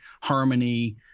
harmony